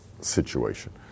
situation